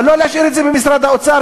אבל לא להשאיר את זה במשרד האוצר,